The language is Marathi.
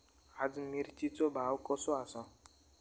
आज मिरचेचो भाव कसो आसा?